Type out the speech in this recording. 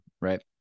right